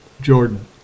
Jordan